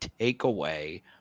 takeaway